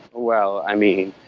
well, i mean,